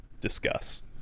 discuss